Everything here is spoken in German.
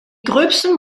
gröbsten